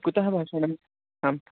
कुतः भाषणम् आं